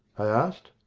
i asked.